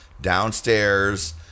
downstairs